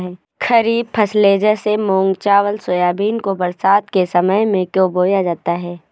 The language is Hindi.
खरीफ फसले जैसे मूंग चावल सोयाबीन को बरसात के समय में क्यो बोया जाता है?